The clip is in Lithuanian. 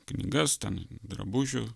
knygas ten drabužių